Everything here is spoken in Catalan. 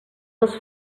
les